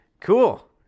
cool